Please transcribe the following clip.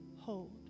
hold